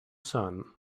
sun